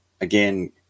again